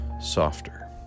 softer